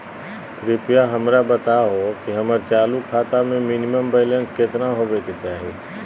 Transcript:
कृपया हमरा बताहो कि हमर चालू खाता मे मिनिमम बैलेंस केतना होबे के चाही